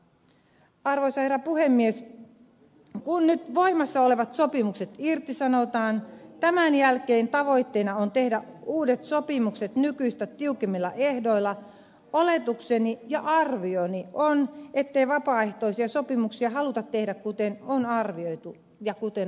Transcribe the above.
kun nyt voimassa olevat sopimukset irtisanotaan ja tämän jälkeen tavoitteena on tehdä uudet sopimukset nykyistä tiukemmilla ehdoilla oletukseni ja arvioni on ettei vapaaehtoisia sopimuksia haluta tehdä kuten on arvioitu ja kuten on tehty